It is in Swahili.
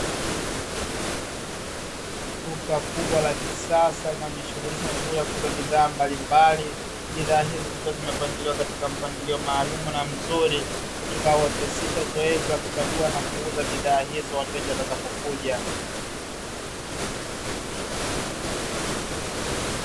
Duka kubwa la kisasa linalojihusisha na kuuza bidhaa mbalimbali, bidhaa hizo zikiwa zimepangiliwa katika mpangilio maalumu na mzuri utakaowepesisha zoezi la kuchagua kuuza hidhaa hizo wateja watakapo kuja.